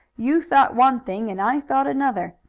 you thought one thing and i thought another.